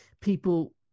people